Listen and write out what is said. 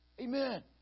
Amen